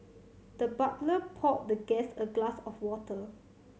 the butler poured the guest a glass of water